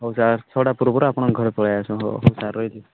ହଉ ସାର୍ ଛଅଟା ପୂର୍ବରୁ ଆପଣଙ୍କ ଘରେ ପଳାଇ ଆସିବ ହଉ ସାର୍ ରହିଲି